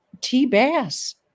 T-Bass